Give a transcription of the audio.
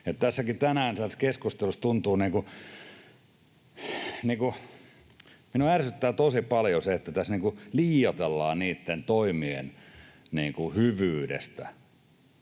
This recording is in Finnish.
Tänään tässä keskustelussa tuntuu... Minua ärsyttää tosi paljon se, että tässä liioitellaan niitten toimien hyvyydestä,